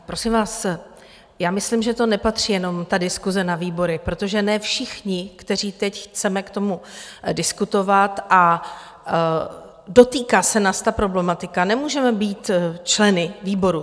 Prosím vás, já myslím, že to nepatří ta diskuse na výbory, protože ne všichni, kteří teď chceme k tomu diskutovat a dotýká se nás ta problematika, nemůžeme být členy výboru.